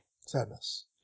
Sadness